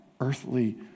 earthly